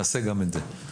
נעשה גם את זה.